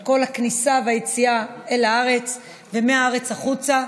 על כל הכניסה והיציאה אל הארץ ומהארץ החוצה.